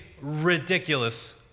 ridiculous